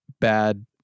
bad